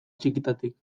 txikitatik